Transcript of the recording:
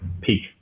peak